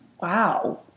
wow